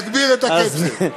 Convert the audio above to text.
נגביר את הקצב.